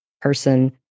person